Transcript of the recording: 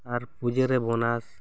ᱟᱨ ᱯᱩᱡᱟ ᱨᱮ ᱵᱚᱱᱟᱥ